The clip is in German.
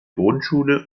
grundschule